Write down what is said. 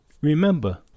remember